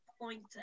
point